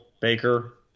Baker